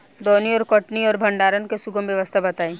दौनी और कटनी और भंडारण के सुगम व्यवस्था बताई?